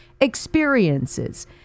experiences